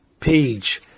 page